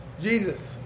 Jesus